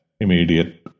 immediate